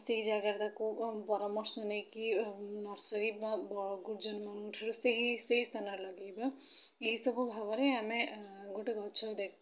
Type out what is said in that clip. ସେଇ ଜାଗାରେ ତାକୁ ପରାମର୍ଶ ନେଇକି ନର୍ଶରୀ ବା ଗୁରୁଜନ ମାନଙ୍କଠାରୁ ସେହି ସେହି ସ୍ଥାନରେ ଲଗାଇବା ଏଇ ସବୁ ଭାବରେ ଆମେ ଗୋଟେ ଗଛର ଦେଖୁ